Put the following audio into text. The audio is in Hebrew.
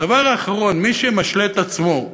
הדבר האחרון, מי שמשלה את עצמו,